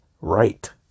right